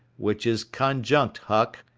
which is conjunct huck,